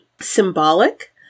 symbolic